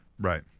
Right